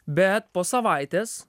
bet po savaitės